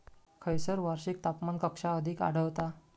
खैयसर वार्षिक तापमान कक्षा अधिक आढळता?